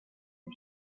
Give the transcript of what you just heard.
due